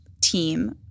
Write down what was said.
team